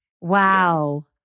Wow